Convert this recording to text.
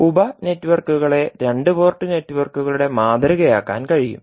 ഉപ നെറ്റ്വർക്കുകളെ രണ്ട് പോർട്ട് നെറ്റ്വർക്കുകളുടെ മാതൃകയാക്കാൻ കഴിയും